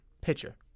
pitcher